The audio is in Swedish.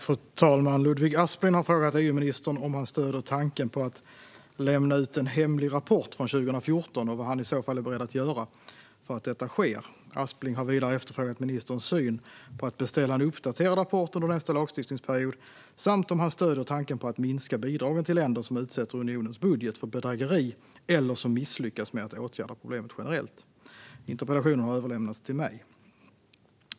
Fru ålderspresident! Ludvig Aspling har frågat EU-ministern om han stöder tanken på att lämna ut en hemlig rapport från 2014 och vad han i så fall är beredd att göra för att detta ska ske. Aspling har vidare efterfrågat ministerns syn på att beställa en uppdaterad rapport under nästa lagstiftningsperiod samt om han stöder tanken på att minska bidragen till länder som utsätter unionens budget för bedrägeri eller som misslyckas med att åtgärda problemet generellt. Interpellationen har överlämnats till mig.